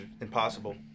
impossible